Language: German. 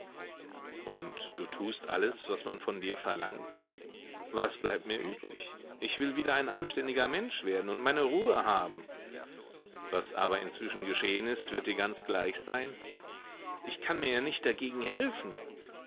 und du tust alles was man von dir verlangt was bleibt mir übrig ich will wieder ein anständiger mensch werden und meine ruhe haben was aber inzwischen geschehen ist wird dir ganz gleich sein ich kann mir ja nicht dagegen helfen